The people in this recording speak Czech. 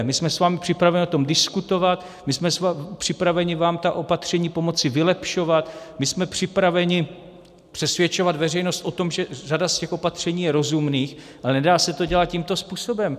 My jsme s vámi připraveni o tom diskutovat, my jsme připraveni vám ta opatření pomoci vylepšovat, my jsme připraveni přesvědčovat veřejnost o tom, že řada z těch opatření je rozumných, ale nedá se to dělat tímto způsobem.